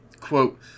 quote